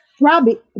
Robbie